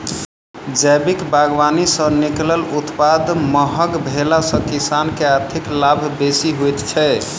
जैविक बागवानी सॅ निकलल उत्पाद महग भेला सॅ किसान के आर्थिक लाभ बेसी होइत छै